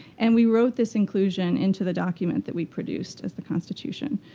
and we wrote this inclusion into the document that we produced as the constitution.